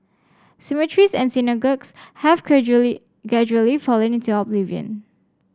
cemeteries and synagogues have gradually fallen into oblivion